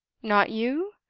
not you!